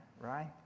right